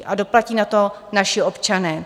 A doplatí na to naši občané.